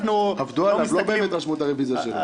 עבדו עליו, לא באמת רשמו את הרוויזיה שלו.